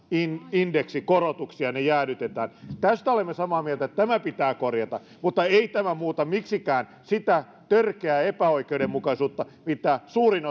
indeksikorotuksia ja ne jäädytetään tästä olemme samaa mieltä että tämä pitää korjata mutta ei tämä muuta miksikään sitä törkeää epäoikeudenmukaisuutta mitä suurin